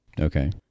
Okay